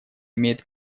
имеет